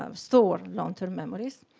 um store long-term memories.